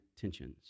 tensions